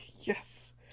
Yes